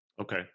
Okay